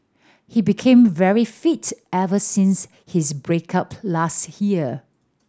he became very fit ever since his break up last year